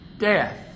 Death